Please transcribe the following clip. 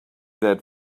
that